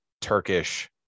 Turkish